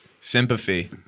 Sympathy